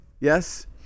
yes